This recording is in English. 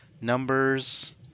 numbers